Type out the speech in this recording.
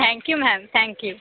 thank you ma'am thank you